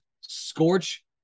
scorch